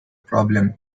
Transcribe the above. problem